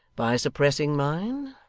by suppressing mine,